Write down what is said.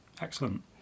Excellent